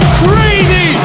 crazy